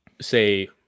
say